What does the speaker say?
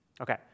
Okay